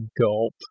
gulp